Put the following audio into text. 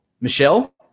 Michelle